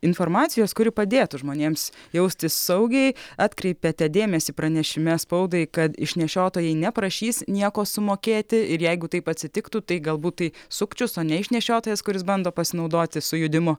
informacijos kuri padėtų žmonėms jaustis saugiai atkreipiate dėmesį pranešime spaudai kad iš nešiotojai neprašys nieko sumokėti ir jeigu taip atsitiktų tai galbūt tai sukčius o ne iš nešiotojas kuris bando pasinaudoti sujudimu